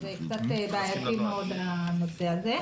זה בעייתי מאוד בנושא הזה.